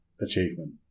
achievement